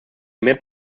map